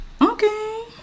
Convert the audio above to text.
okay